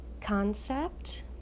concept